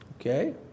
okay